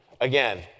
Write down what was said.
again